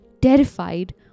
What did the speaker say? terrified